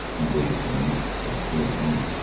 and waited for the nymphs to appear again.